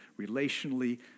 relationally